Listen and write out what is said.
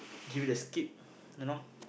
give it a skip you know